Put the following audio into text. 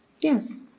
Yes